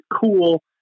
cool